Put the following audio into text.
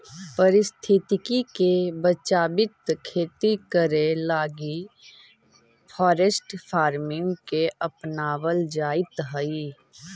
पारिस्थितिकी के बचाबित खेती करे लागी फॉरेस्ट फार्मिंग के अपनाबल जाइत हई